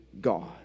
God